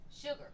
Sugar